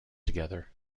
together